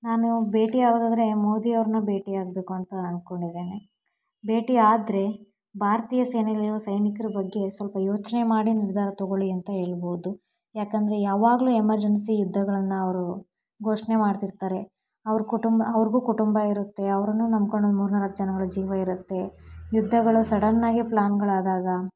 ನಾನು ಭೇಟಿಯಾಗೋದಾದರೆ ಮೋದಿಯವ್ರನ್ನ ಭೇಟಿ ಆಗಬೇಕು ಅಂತ ಅನ್ಕೊಂಡಿದ್ದೇನೆ ಭೇಟಿ ಆದರೆ ಭಾರತೀಯ ಸೇನೆಯಲ್ಲಿರೋ ಸೈನಿಕ್ರ ಬಗ್ಗೆ ಸ್ವಲ್ಪ ಯೋಚನೆ ಮಾಡಿ ನಿರ್ಧಾರ ತೊಗೊಳ್ಳಿ ಅಂತ ಹೇಳ್ಬೋದು ಯಾಕಂದರೆ ಯಾವಾಗಲೂ ಎಮರ್ಜೆನ್ಸಿ ಯುದ್ಧಗಳನ್ನು ಅವರು ಘೋಷಣೆ ಮಾಡ್ತಿರ್ತಾರೆ ಅವ್ರ ಕುಟುಂಬ ಅವ್ರಿಗೂ ಕುಟುಂಬ ಇರುತ್ತೆ ಅವ್ರನ್ನೂ ನಂಬ್ಕೊಂಡು ಒಂದು ಮೂರು ನಾಲ್ಕು ಜನಗಳ ಜೀವ ಇರುತ್ತೆ ಯುದ್ಧಗಳು ಸಡನ್ ಆಗಿ ಪ್ಲ್ಯಾನ್ಗಳಾದಾಗ